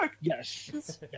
Yes